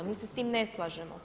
Mi se s tim ne slažemo.